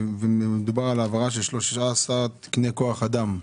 על העברה של 13 תקני כוח אדם.